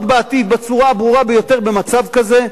בעתיד בצורה הברורה ביותר במצב כזה,